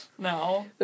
No